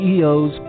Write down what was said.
CEOs